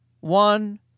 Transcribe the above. one